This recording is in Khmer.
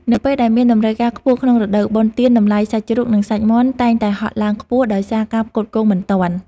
នៅពេលដែលមានតម្រូវការខ្ពស់ក្នុងរដូវបុណ្យទានតម្លៃសាច់ជ្រូកនិងសាច់មាន់តែងតែហក់ឡើងខ្ពស់ដោយសារការផ្គត់ផ្គង់មិនទាន់។